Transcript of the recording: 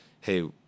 Hey